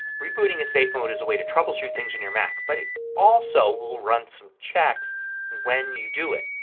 rebooting in safe mode is a way to troubleshoot things on your mac. but it also will run some checks when you do it.